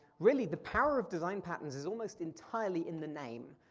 really, the power of design patterns is almost entirely in the name.